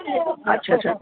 अच्छा अच्छा